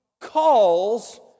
calls